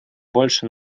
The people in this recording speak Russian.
больше